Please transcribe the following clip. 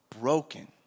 broken